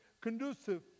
conducive